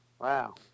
Wow